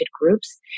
groups